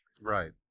Right